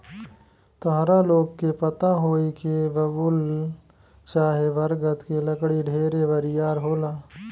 ताहरा लोग के पता होई की बबूल चाहे बरगद के लकड़ी ढेरे बरियार होला